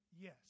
Yes